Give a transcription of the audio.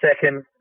second